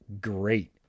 great